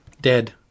Dead